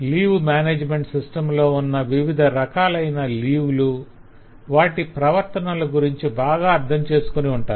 leave management సిస్టంలో ఉన్న వివిధ రకాలైన లీవ్ లు వాటి ప్రవర్తనల గురించి బాగా అర్థంచేసుకొని ఉంటారు